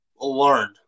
learn